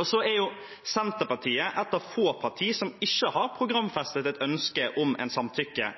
Senterpartiet er et av få partier som ikke har programfestet et